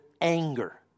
anger